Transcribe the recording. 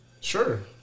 Sure